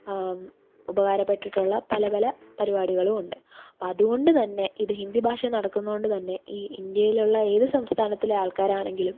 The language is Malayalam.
ഉപകാരപ്പെട്ടിട്ടുള്ള പല പല പരിപാടികളും ഉണ്ട് അപ്പം അതുകൊണ്ട് തന്നെ ഇത് ഹിന്ദി ഭാഷയിൽ നടക്കുന്നതുകൊണ്ടുതന്നെ ഈ ഇന്ത്യയിലുള്ള ഏത് സംസ്ഥാനത്തിലെ ആൾക്കാരാണെങ്കിലും